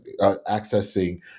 accessing